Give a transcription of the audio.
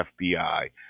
FBI